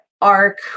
arc